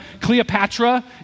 Cleopatra